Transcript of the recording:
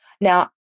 Now